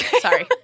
sorry